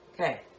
Okay